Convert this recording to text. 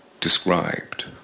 described